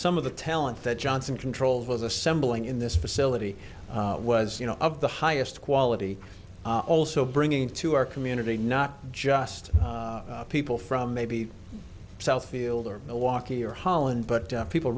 some of the talent that johnson controls was assembling in this facility was you know of the highest quality also bringing to our community not just people from maybe southfield or milwaukee or holland but people